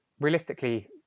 realistically